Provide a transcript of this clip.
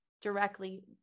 directly